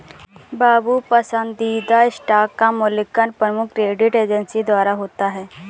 बाबू पसंदीदा स्टॉक का मूल्यांकन प्रमुख क्रेडिट एजेंसी द्वारा होता है